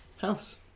house